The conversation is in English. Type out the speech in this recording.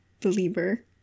Believer